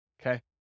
okay